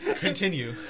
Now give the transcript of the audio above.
continue